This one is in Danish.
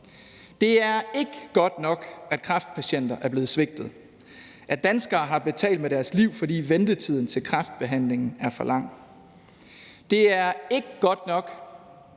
Det er ikke godt nok, at kræftpatienter er blevet svigtet, at danskere har betalt med deres liv, fordi ventetiden til kræftbehandlingen er for lang. Det er ikke godt nok,